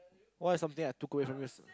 what's something I took away from you